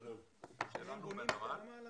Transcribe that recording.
שלנו בנמל.